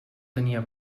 tenia